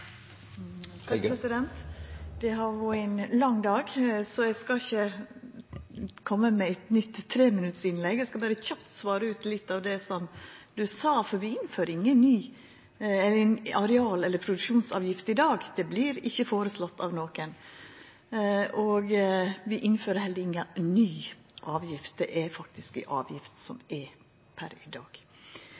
replikkordskifte. Det har vore ein lang dag, så eg skal ikkje koma med eit nytt treminuttsinnlegg. Eg skal berre kjapt svara ut litt av det statsråden sa, for vi innfører inga ny areal- eller produksjonsavgift i dag. Det blir ikkje føreslått av nokon. Vi innfører heller inga ny avgiftsbelastning, dette gjeld faktisk ei avgift som er per i dag.